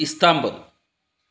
Istanbul